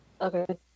Okay